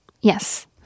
Yes